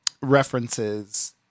references